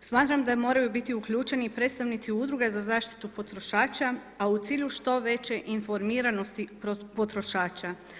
smatram da moraju biti uključeni i predstavnici udruga za zaštitu potrošača, a u cilju što veće informiranosti potrošača.